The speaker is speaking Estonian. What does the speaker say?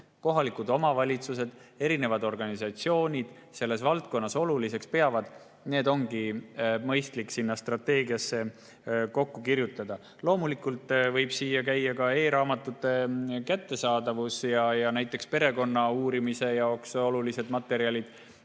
kohalikud omavalitsused ja organisatsioonid selles valdkonnas oluliseks peavad, ongi mõistlik sinna strateegiasse kokku kirjutada. Loomulikult võib see [hõlmata] ka e‑raamatute kättesaadavust ja perekonnauurimise jaoks olulisi materjale,